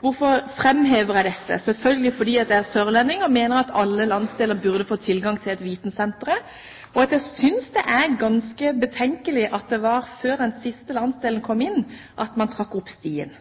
Hvorfor fremhever jeg dette? Selvfølgelig fordi jeg er sørlending, og mener at alle landsdeler burde få tilgang til et vitensenter – og fordi jeg synes at det er ganske betenkelig at man før den siste landsdelen kom inn,